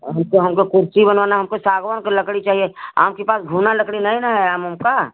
और हमको हमको कुर्सी बनवाना हमको सागवन के लकड़ी चाहिए आपके पास घुना लकड़ी नहीं ना है आम ओम का